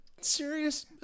serious